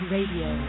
Radio